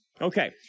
Okay